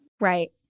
Right